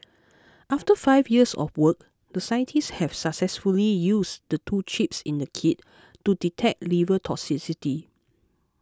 after five years of work the scientists have successfully used the two chips in the kit to detect liver toxicity